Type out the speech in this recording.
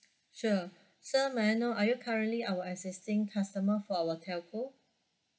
sure sir may I know are you currently our existing customer for our telco